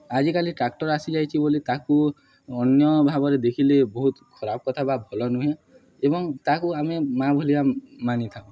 ଆଜିକାଲି ଟ୍ରାକ୍ଟର୍ ଆସିଯାଇଛି ବୋଲି ତାକୁ ଅନ୍ୟ ଭାବରେ ଦେଖିଲେ ବହୁତ ଖରାପ କଥା ବା ଭଲ ନୁହେଁ ଏବଂ ତାକୁ ଆମେ ମା' ଭଳିଆ ମାନିଥାଉ